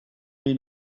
may